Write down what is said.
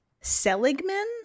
seligman